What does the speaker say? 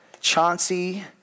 Chauncey